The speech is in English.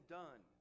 done